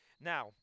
now